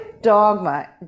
dogma